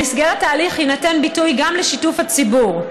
במסגרת ההליך יינתן ביטוי גם לשיתוף הציבור.